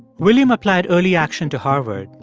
william applied early action to harvard,